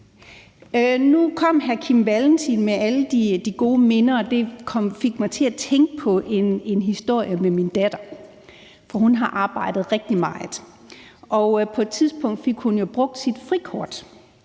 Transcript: Nu kom hr. Kim Valentin med alle sine gode minder, og det fik mig til at tænke på en historie med min datter. For hun har arbejdet rigtig meget, og på et tidspunkt fik hun jo brugt sit frikort